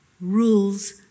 rules